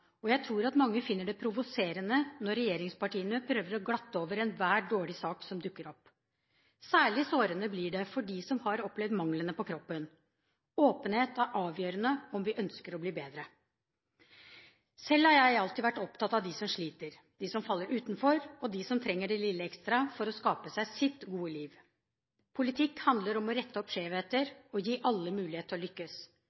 og jeg tror mange finner det provoserende når regjeringspartiene prøver å glatte over enhver dårlig sak som dukker opp. Særlig sårende blir det for dem som har opplevd manglene på kroppen. Åpenhet er avgjørende om vi ønsker å bli bedre. Selv har jeg alltid vært opptatt av dem som sliter, dem som faller utenfor, og dem som trenger det lille ekstra for å skape seg sitt gode liv. Politikk handler om å rette opp